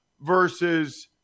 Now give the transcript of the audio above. versus